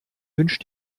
wünsch